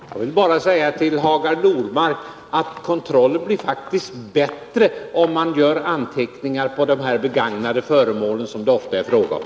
Herr talman! Jag vill bara säga till Hagar Normark att kontrollen faktiskt blir bättre om man gör anteckningar om de begagnade föremålen som det ofta är fråga om.